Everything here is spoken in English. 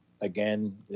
again